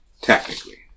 Technically